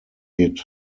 hit